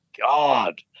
God